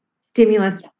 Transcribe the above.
stimulus